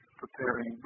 preparing